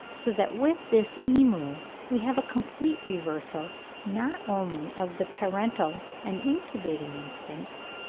so that with this emu we have a complete reversal not only of the parental and incubating instincts,